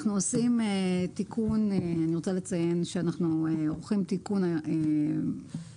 אני רוצה לציין שאנחנו עורכים תיקון שהוא